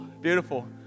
Beautiful